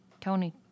Tony